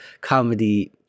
comedy